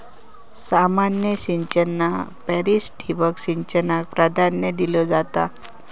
सामान्य सिंचना परिस ठिबक सिंचनाक प्राधान्य दिलो जाता